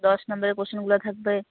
দশ নম্বরের কোশ্চেনগুলা থাকবে